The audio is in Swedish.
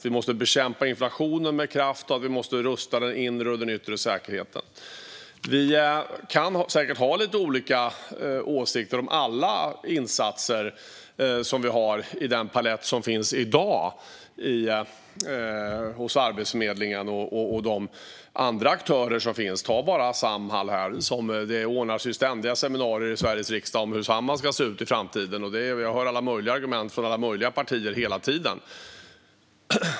Vi måste bekämpa inflationen med kraft och rusta den inre och den yttre säkerheten. Vi kan säkert ha lite olika åsikter om alla insatser i den palett som i dag finns hos Arbetsförmedlingen och de andra aktörerna. Ta bara Samhall - det ordnas ständiga seminarier i Sveriges riksdag om hur Samhall ska se ut i framtiden. Jag hör alla möjliga argument från alla möjliga partier hela tiden.